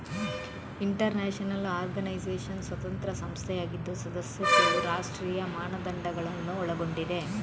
inter national organisation ಸ್ವತಂತ್ರ ಸಂಸ್ಥೆಯಾಗಿದ್ದು ಸದಸ್ಯತ್ವವು ರಾಷ್ಟ್ರೀಯ ಮಾನದಂಡಗಳನ್ನು ಒಳಗೊಂಡಿದೆ